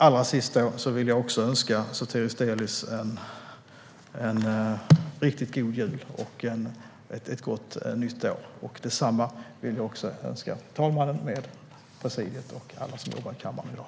Allra sist vill jag önska Sotiris Delis en riktigt god jul och ett gott nytt år. Detsamma vill jag också önska talmannen med presidiet och alla som jobbar i kammaren i dag.